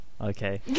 Okay